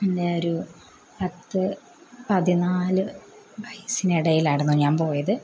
പിന്നേ ഒരു പത്ത് പതിനാല് വയസ്സിനിടയിൽ ആയിരുന്നു ഞാൻ പോയത്